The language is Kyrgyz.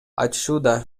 айтышууда